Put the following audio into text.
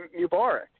Mubarak